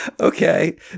okay